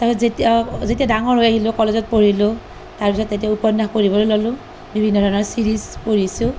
তাৰ পিছত যেতিয়া যেতিয়া ডাঙৰ হৈ আহিলো কলেজত পঢ়িলো তাৰ পিছত তেতিয়া উপন্য়াস পঢ়িবলৈ ল'লোঁ বিভিন্ন ধৰণৰ চিৰীজ পঢ়িছোঁ